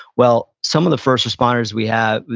well, some of the first responders we have,